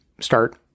start